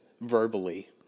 verbally